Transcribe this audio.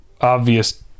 obvious